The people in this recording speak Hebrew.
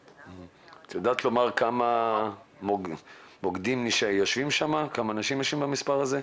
את יודעת לומר כמה מוקדנים יושבים במספר הזה?